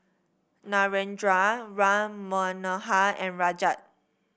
Narendra Ram Manohar and Rajat